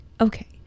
Okay